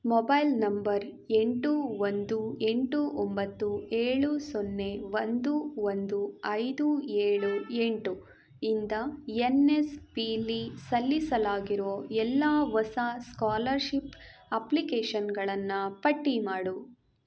mobile number ಎಂಟು ಒಂದು ಎಂಟು ಒಂಬತ್ತು ಏಳು ಸೊನ್ನೆ ಒಂದು ಒಂದು ಐದು ಏಳು ಎಂಟು ಇಂದ ಎನ್ ಎಸ್ ಪಿ ಯಲ್ಲಿ ಸಲ್ಲಿಸಲಾಗಿರೋ ಎಲ್ಲ ಹೊಸ ಸ್ಕಾಲರ್ಷಿಪ್ ಅಪ್ಲಿಕೇಷನ್ಗಳನ್ನು ಪಟ್ಟಿ ಮಾಡು